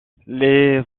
les